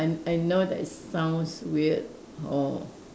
I I know that it sounds weird or